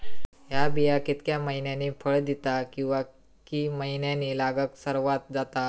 हया बिया कितक्या मैन्यानी फळ दिता कीवा की मैन्यानी लागाक सर्वात जाता?